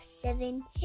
seven